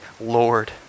Lord